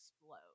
explode